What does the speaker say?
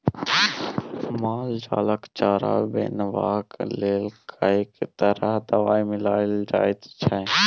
माल जालक चारा बनेबाक लेल कैक तरह दवाई मिलाएल जाइत छै